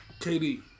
KD